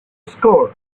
score